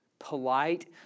Polite